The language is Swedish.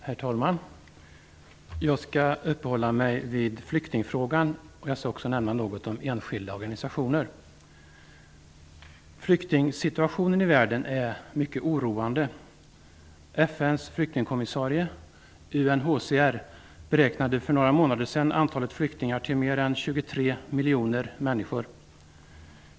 Herr talman! Jag skall uppehålla mig vid flyktingfrågan och också nämna något om enskilda organisationer. Flyktingsituationen i världen är mycket oroande. FN:s flyktingkommissarie UNHCR beräknade för några månader sedan antalet flyktingar till mer än 23 miljoner människor.